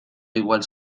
igual